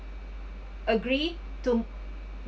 agree to